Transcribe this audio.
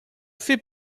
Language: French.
fait